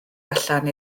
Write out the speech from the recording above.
allan